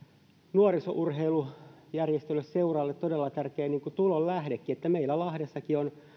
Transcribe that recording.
nuorisourheilujärjestölle seuralle todella tärkeä tulonlähdekin meillä lahdessakin